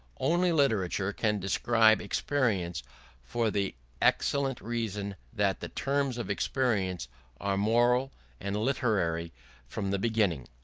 only literature can describe experience for the excellent reason that the terms of experience are moral and literary from the beginning.